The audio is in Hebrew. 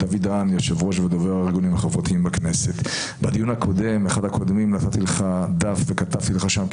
באחד הדיונים הקודמים נתתי לך דף וכתבתי לך שם,